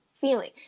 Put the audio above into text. feeling